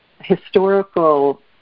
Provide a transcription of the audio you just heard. historical